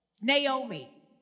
Naomi